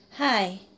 Hi